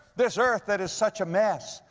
this earth that is such a mess.